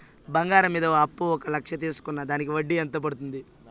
బంగారం మీద అప్పు ఒక లక్ష తీసుకున్న దానికి వడ్డీ ఎంత పడ్తుంది?